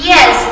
Yes